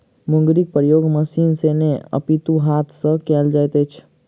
मुंगरीक प्रयोग मशीन सॅ नै अपितु हाथ सॅ कयल जाइत अछि